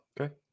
Okay